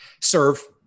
Serve